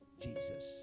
Jesus